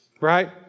right